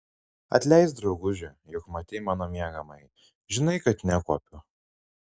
atleisk drauguže juk matei mano miegamąjį žinai kad nekuopiu